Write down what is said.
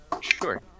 sure